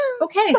Okay